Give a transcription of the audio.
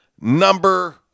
number